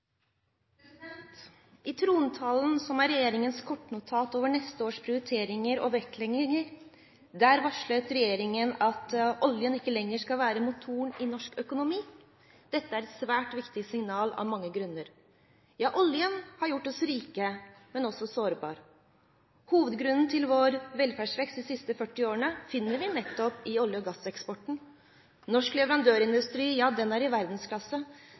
års prioriteringer og vektlegginger, varslet regjeringen at oljen ikke lenger skal være motoren i norsk økonomi. Dette er et svært viktig signal, av mange grunner. Oljen har gjort oss rike, men også sårbare. Hovedgrunnen til vår velferdsvekst de siste 40 årene finner vi nettopp i olje- og gasseksporten. Norsk leverandørindustri er i verdensklasse. Den har hjulpet godt med tanke på den massive verdiskapingen som vi har fått. Samtidig er